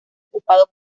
ocupado